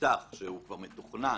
המשטח שהוא כבר מתוכנן,